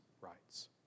rights